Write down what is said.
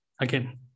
again